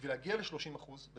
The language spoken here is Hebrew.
שבשביל להגיע ל-30% אנחנו